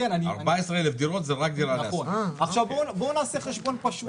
14000 דירות זה רק דירה להשכיר --- עכשיו בוא נעשה חשבון פשוט,